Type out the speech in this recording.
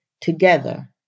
together